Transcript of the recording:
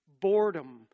boredom